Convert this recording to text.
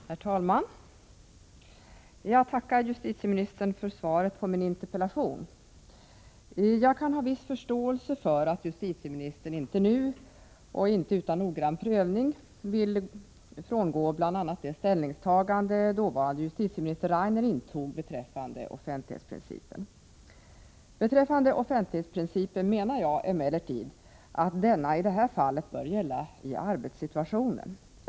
Herr talman! Jag tackar justitieministern för svaret på min interpellation. Jag kan ha viss förståelse för att justitieministern inte nu och inte utan noggrann prövning vill frångå bl.a. det ställningstagande dåvarande justitieminister Rainer intog beträffande offentlighetsprincipen. Jag menar emellertid att denna i det här fallet bör gälla i arbetssituationen.